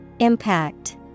Impact